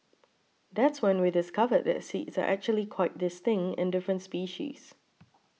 that's when we discovered that seeds are actually quite distinct in different species